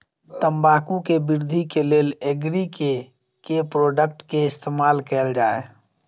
तम्बाकू केँ वृद्धि केँ लेल एग्री केँ के प्रोडक्ट केँ इस्तेमाल कैल जाय?